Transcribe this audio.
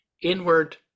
inward